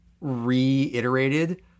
reiterated